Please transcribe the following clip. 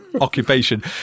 occupation